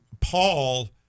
Paul